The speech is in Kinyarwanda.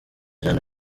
jeanne